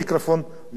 לרשות השידור.